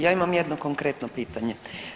Ja imam jedno konkretno pitanje.